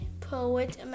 poet